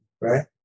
right